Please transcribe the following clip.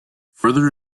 further